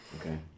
Okay